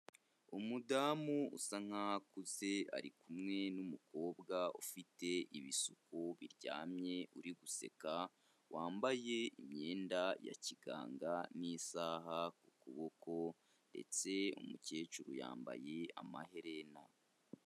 Umudamu usa nk'aho akuze ari kumwe n'umukobwa ufite ibisuko biryamye uri guseka, wambaye imyenda ya kiganga n'isaha ku kuboko ndetse umukecuru yambaye amaherena.